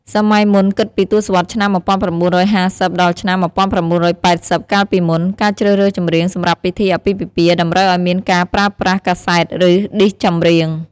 សម័យមុន គិតពី ទសវត្សរ៍ឆ្នាំ ១៩៥០ ដល់ឆ្នាំ ១៩៨០ កាលពីមុន ការជ្រើសរើសចម្រៀងសម្រាប់ពិធីអាពាហ៍ពិពាហ៍តម្រូវឱ្យមានការប្រើប្រាស់កាសែត ឬឌីសចម្រៀង ។